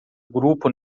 grupo